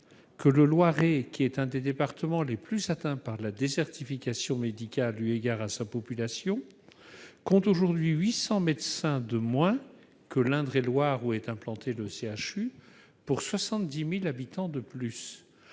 le Loiret, qui est l'un des départements les plus atteints par la désertification médicale au regard de sa population, compte aujourd'hui 800 médecins de moins que l'Indre-et-Loire, où est implanté le CHU, pour 70 000 habitants de plus.